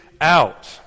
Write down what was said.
out